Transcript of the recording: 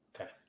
Okay